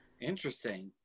Interesting